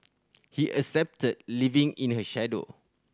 he accepted living in her shadow